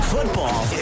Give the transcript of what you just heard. Football